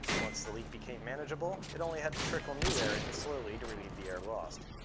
once the leak became manageable, it only had to trickle new air in slowly to relieve the air lost.